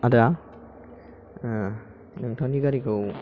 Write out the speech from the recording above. आदा नोंथांनि गारिखौ